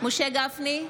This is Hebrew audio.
משה גפני,